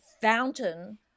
fountain